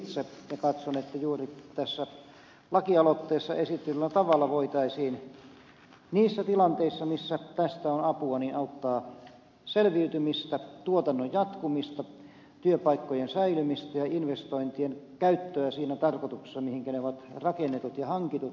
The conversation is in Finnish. katson että juuri tässä lakialoitteessa esitetyllä tavalla voitaisiin niissä tilanteissa missä tästä on apua auttaa selviytymistä tuotannon jatkumista työpaikkojen säilymistä ja investointien käyttöä siinä tarkoituksessa mihinkä ne ovat rakennetut ja hankitut